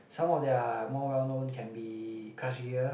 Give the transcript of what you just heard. some of their more well known can be Crush Gear